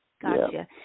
gotcha